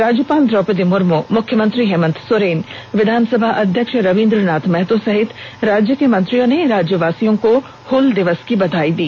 राज्यपाल द्रोपदी मुर्मू मुख्यमंत्री हेमंत सोरेन विधानसभा अध्यक्ष रविंद्रनाथ महतो सहित राज्य के मंत्रियों ने राज्यवासियों को हल दिवस की बधाई दी